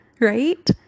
Right